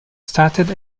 started